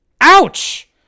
Ouch